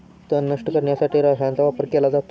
तण नष्ट करण्यासाठी रसायनांचा वापर केला जातो